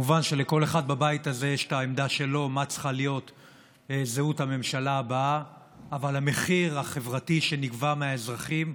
יענה בשם הממשלה סגן שר הבריאות חבר הכנסת ליצמן,